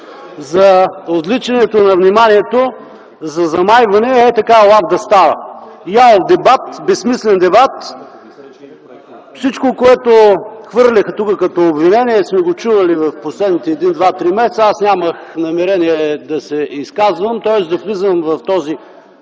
за отвличане на вниманието, за замайване и ей-така лаф да става. Ялов дебат, безсмислен дебат. Всичко, което хвърлиха тук като обвинение, сме го чували в последните два-три месеца. Аз нямах намерение да се изказвам, тоест да влизам в този